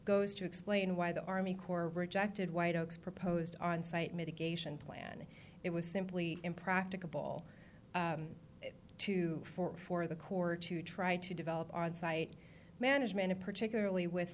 goes to explain why the army corps rejected white oaks proposed on site mitigation plan it was simply impracticable to for the court to try to develop on site management a particularly with